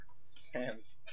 Sam's